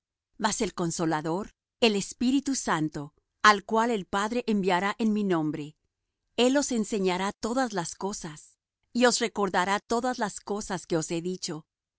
mas el consolador el espíritu santo al cual el padre enviará en mi nombre él os enseñará todas las cosas y os recordará todas las cosas que os he dicho